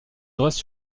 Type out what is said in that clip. dresse